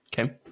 Okay